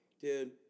dude